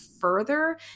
further